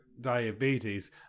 diabetes